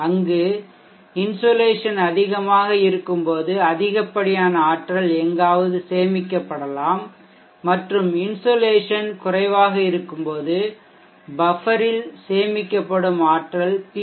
அங்கு இன்சோலேஷன் அதிகமாக இருக்கும்போது அதிகப்படியான ஆற்றல் எங்காவது சேமிக்கப்படலாம் மற்றும் இன்சோலேஷன் குறைவாக இருக்கும்போது பஃப்பரில் சேமிக்கப்படும் ஆற்றல் பி